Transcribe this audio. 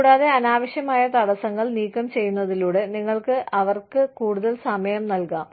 കൂടാതെ അനാവശ്യമായ തടസ്സങ്ങൾ നീക്കം ചെയ്യുന്നതിലൂടെ നിങ്ങൾക്ക് അവർക്ക് കൂടുതൽ സമയം നൽകാം